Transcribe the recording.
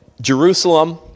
Jerusalem